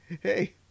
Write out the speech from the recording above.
hey